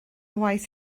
waith